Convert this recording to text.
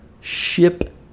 ship